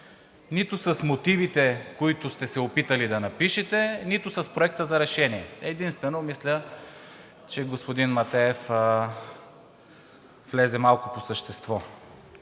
нито с мотивите, които сте се опитали да напишете, нито с Проекта за решение. Единствено мисля, че господин Матеев влезе малко по същество.